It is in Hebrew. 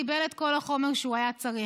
קיבל את כל החומר שהוא היה צריך.